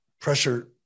pressure